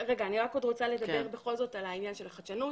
לפני כן אני בכל זאת רוצה לדבר על העניין של החדשנות.